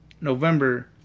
November